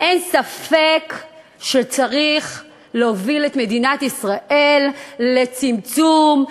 אין ספק שצריך להוביל את מדינת ישראל לצמצום,